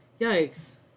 yikes